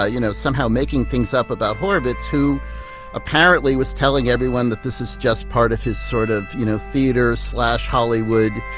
ah you know, somehow making things up about horovitz, who apparently was telling everyone that this is just part of his sort of, you know, theater hollywood,